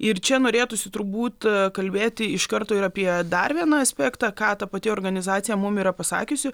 ir čia norėtųsi turbūt kalbėti iš karto ir apie dar vieną aspektą ką ta pati organizacija mum yra pasakiusi